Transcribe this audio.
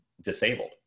disabled